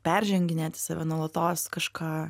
perženginėti save nuolatos kažką